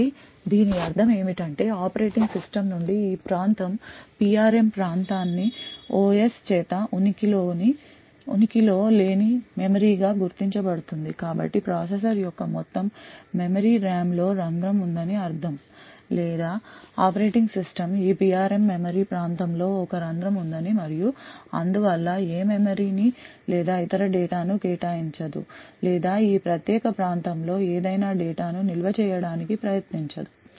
కాబట్టి దీని అర్థం ఏమిటంటే ఆపరేటింగ్ సిస్టమ్ నుండి ఈ ప్రాంతం PRM ప్రాంతాన్ని OS చేత ఉనికి లో లేని మెమరీగా గుర్తించబడుతుంది కాబట్టి ప్రాసెసర్ యొక్క మొత్తం మెమరీ RAM లో రంధ్రం ఉందని అర్థం లేదా ఆపరేటింగ్ సిస్టమ్ ఈ PRM మెమరీ ప్రాంతం లో ఒక రంధ్రం ఉందని మరియు అందువల్ల ఏ మెమరీని లేదా ఇతర డేటా ను కేటాయించదు లేదా ఈ ప్రత్యేక ప్రాంతం లో ఏదైనా డేటా ను నిల్వ చేయడానికి ప్రయత్నించదు